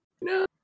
no